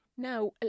Now